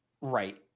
Right